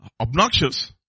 obnoxious